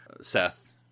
Seth